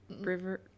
river